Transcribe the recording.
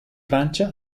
francia